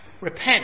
repent